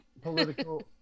political